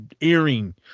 earring